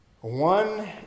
One